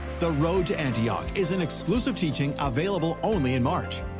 the road to antioch is an exclusive teaching available only in march.